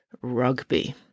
Rugby